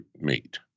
meet